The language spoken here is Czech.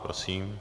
Prosím.